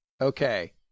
Okay